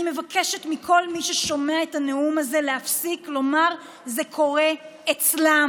אני מבקשת מכל מי ששומע את הנאום הזה להפסיק לומר: זה קורה אצלם,